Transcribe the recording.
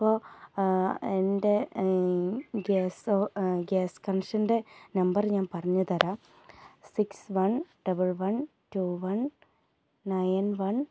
അപ്പൊ എൻ്റെ ഗ്യാസോ എൻ്റെ ഗ്യാസ് കണക്ഷൻ്റെ നമ്പർ ഞാൻ പറഞ്ഞുതരാം തരാം six one double one two one nine one